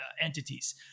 entities